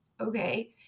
okay